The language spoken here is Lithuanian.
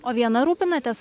o viena rūpinatės